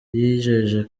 yijeje